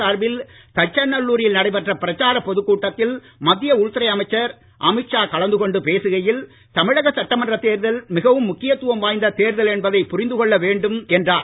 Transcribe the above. சார்பில்தச்சநல்லூரில்நடைபெற்றபிரச்சாரபொதுக்கூட்டத்தில்மத்தியஉள் துறைஅமைச்சர்அமித்ஷாகலந்துகொண்டுபேசுகையில் தமிழகசட்டமன்றதேர்தல்மிகவும்முக்கியத்துவம்வாய்ந்ததேர்தல்என்பதைபு ரிந்துகொள்ளவேண்டும்என்றார்